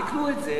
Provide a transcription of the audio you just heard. ביטלו את זה.